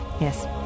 yes